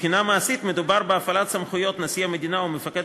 מבחינה מעשית מדובר בהפעלת סמכויות נשיא המדינה או המפקד